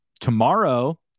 Tomorrow